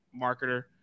marketer